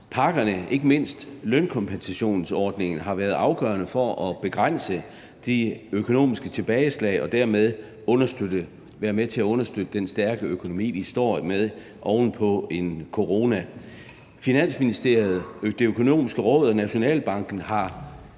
Hjælpepakkerne, ikke mindst lønkompensationsordningen, har været afgørende for at begrænse de økonomiske tilbageslag og dermed været med til at understøtte den stærke økonomi, vi står med, oven på coronaen. Finansministeriet, Det Økonomiske Råd og Nationalbanken har